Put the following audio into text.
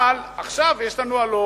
אבל עכשיו הלוא יש לנו,